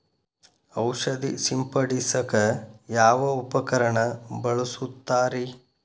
ಔಷಧಿ ಸಿಂಪಡಿಸಕ ಯಾವ ಉಪಕರಣ ಬಳಸುತ್ತಾರಿ?